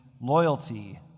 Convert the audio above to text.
loyalty